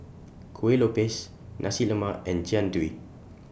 Kuih Lopes Nasi Lemak and Jian Dui